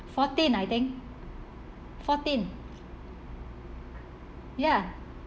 fourteen I think fourteen ya